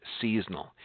seasonal